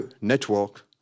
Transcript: network